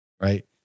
Right